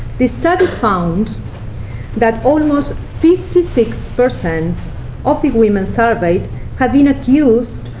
the study found that almost fifty six percent of the women surveyed had been accused,